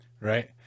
right